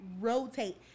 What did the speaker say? rotate